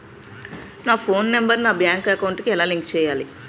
నా phone number నా bank account కి ఎలా లింక్ చేయాలి?